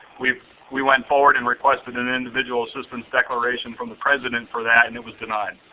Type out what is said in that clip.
we we went forward and requested an individual assistance declaration from the president for that and it was denied.